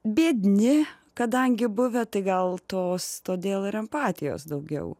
biedni kadangi buvę tai gal tos todėl ir empatijos daugiau